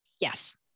Yes